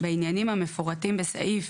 בעניינים המפורטים בסעיף